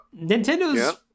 Nintendo's